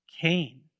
Cain